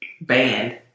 band